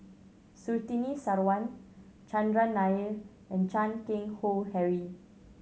Surtini Sarwan Chandran Nair and Chan Keng Howe Harry